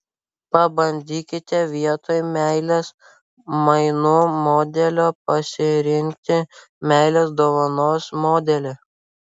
pabandykite vietoj meilės mainų modelio pasirinkti meilės dovanos modelį